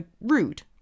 rude